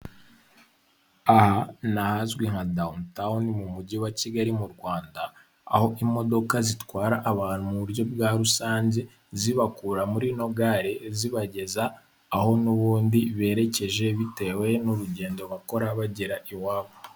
Aha ni ahazwi nka dawuni tawuni mu mujyi wa Kigali mu Rwanda, aho imodoka zitwara abantu mu buryo bwa rusange zibakura muri no gare zibageza aho n'ubundi berekeje bitewe n'urugendo bakora bagera iwabo.